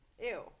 Ew